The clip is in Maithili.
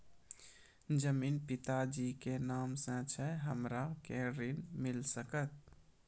जमीन पिता जी के नाम से छै हमरा के ऋण मिल सकत?